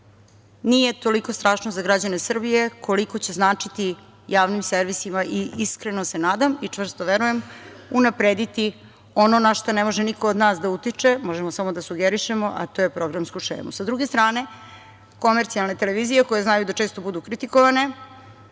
nije toliko strašno za građane Srbije koliko će značiti javnim servisima. Iskreno se nadam i čvrsto verujem unaprediti ono na šta ne može niko od nas da utiče, možemo samo da sugerišemo, a to je programsku šemu. Sa druge strane, komercijalne televizije koje znaju da često budu kritikovane